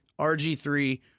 RG3